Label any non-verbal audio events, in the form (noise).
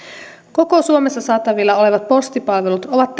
koko suomessa saatavilla olevat postipalvelut ovat (unintelligible)